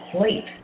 sleep